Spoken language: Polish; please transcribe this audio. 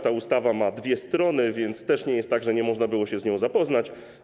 Ta ustawa ma dwie strony, więc też nie jest tak, że nie można było się z nią zapoznać.